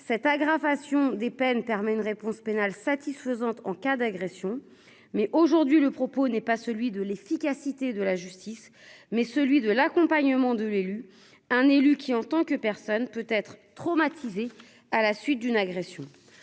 cette aggravation des peines permet une réponse pénale satisfaisante en cas d'agression, mais aujourd'hui, le propos n'est pas celui de l'efficacité de la justice, mais celui de l'accompagnement de l'élu, un élu qui en tant que personne peut être traumatisé à la suite d'une agression,